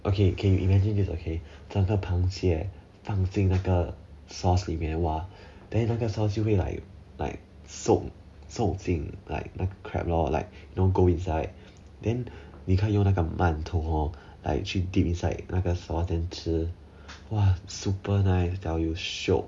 okay okay you imagine this okay 怎个螃蟹放进那个 sauce 里面 !wah! then 那个 sauce 就会 like like 送进 like 那个 crab lor go inside then 你看用那个馒头 hor like 去 dip inside 那个 sauce then 吃 !wah! super nice I tell you shiok